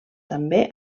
també